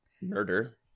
murder